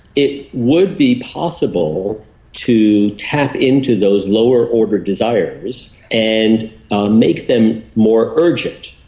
it would be possible to tap in to those lower order desires and make them more urgent.